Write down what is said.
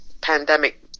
pandemic